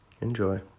Enjoy